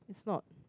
sort